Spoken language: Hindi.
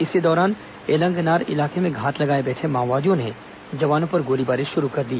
इसी दौरान एलंगनार इलाके में घात लगाए बैठे माओवादियों ने जवानों पर गोलीबारी शुरू कर दी